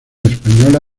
española